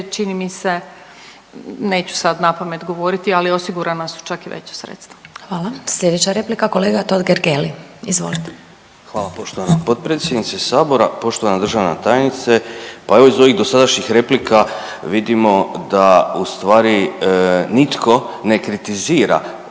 čini mi se neću sad napamet govoriti, ali osigurana su čak i veća sredstva. **Glasovac, Sabina (SDP)** Hvala. Sljedeća replika kolega Totgergeli, izvolite. **Totgergeli, Miro (HDZ)** Hvala poštovana potpredsjednice Sabora. Poštovana državna tajnice. Pa evo iz ovih dosadašnjih replika vidimo da ustvari nitko ne kritizira